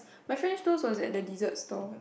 my French toast was at the dessert stall